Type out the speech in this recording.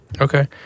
Okay